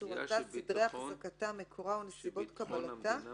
צורתה, סדרי החזקתה, מקורה או נסיבות קבלתה